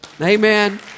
Amen